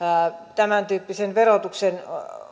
tämän tyyppisen verotuksen